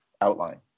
outline